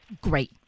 Great